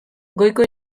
goiko